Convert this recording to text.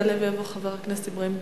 יעלה ויבוא חבר הכנסת אברהים צרצור,